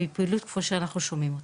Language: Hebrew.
והיא פעילות כמו שאנחנו שומעים אותה,